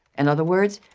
in other words,